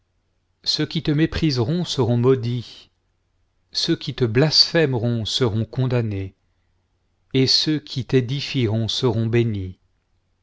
ceux qui te mépriseront seront maudits ceux qui te blasphémeront seront condamnés et ceux qui t'édifieront seront bénis